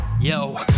Yo